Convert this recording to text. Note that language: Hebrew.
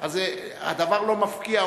אז הדבר לא מפקיע.